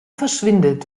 verschwindet